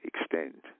extend